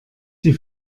die